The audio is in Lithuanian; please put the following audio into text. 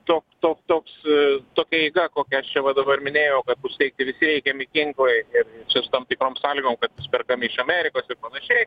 tok tok toks tokia eiga kokią aš čia va dabar minėjau kad bus teikti visi reikiami ginklai ir su šitom tikrom sąlygom kad bus perkami iš amerikos ir panašiai